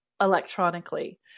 electronically